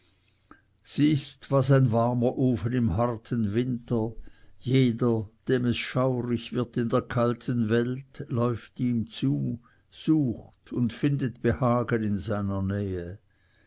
ist was ein warmer ofen im harten winter jeder dem es schaurig wird in der kalten welt läuft ihm zu sucht und findet behagen in seiner nähe